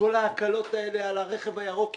כל ההקלות האלה על הרכב הירוק יימחקו.